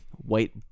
White